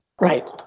Right